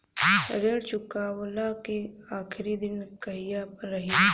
ऋण चुकव्ला के आखिरी दिन कहिया रही?